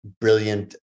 Brilliant